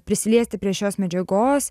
prisiliesti prie šios medžiagos